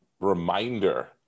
reminder